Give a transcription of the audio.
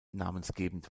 namensgebend